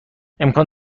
امکان